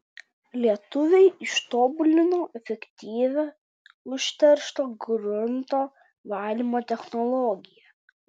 lietuviai ištobulino efektyvią užteršto grunto valymo technologiją